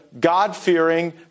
God-fearing